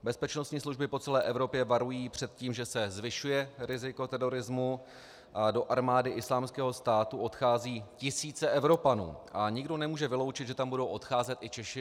Bezpečnostní služby po celé Evropě varují před tím, že se zvyšuje riziko terorismu, a do armády Islámského státu odcházejí tisíce Evropanů a nikdo nemůže vyloučit, že tam budou odcházet i Češi.